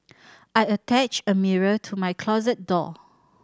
I attached a mirror to my closet door